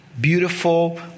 beautiful